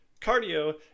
Cardio